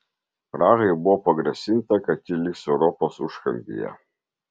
prahai buvo pagrasinta kad ji liks europos užkampyje